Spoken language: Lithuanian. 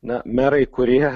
na merai kurie